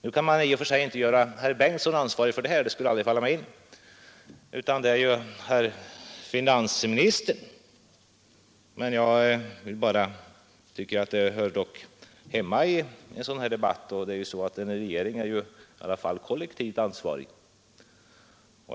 I och för sig kan man inte göra herr Bengtsson ansvarig för det här — det skulle aldrig falla mig in — utan ansvaret är herr finansministerns, men jag tycker att det ändå hör hemma i en sådan här debatt. En regering är i alla fall kollektivt ansvarig.